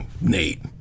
Nate